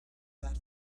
that